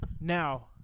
Now